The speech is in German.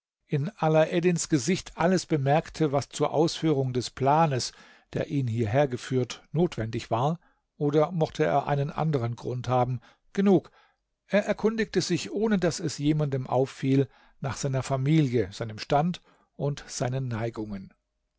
in alaeddins gesicht alles bemerkte was zur ausführung des planes der ihn hierher geführt notwendig war oder mochte er einen anderen grund haben genug er erkundigte sich ohne daß es jemanden auffiel nach seiner familie seinem stand und seinen neigungen